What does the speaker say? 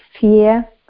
fear